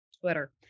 Twitter